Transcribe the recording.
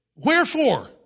Wherefore